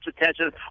attention